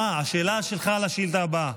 אה, השאלה שלך על השאילתה הבאה?